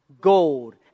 gold